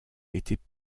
étaient